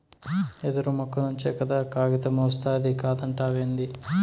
యెదురు మొక్క నుంచే కదా కాగితమొస్తాది కాదంటావేంది